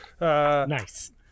Nice